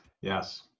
Yes